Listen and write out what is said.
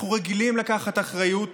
אנחנו רגילים לקחת אחריות